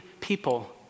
people